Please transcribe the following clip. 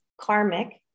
karmic